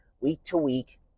week-to-week